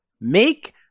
Make